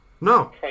No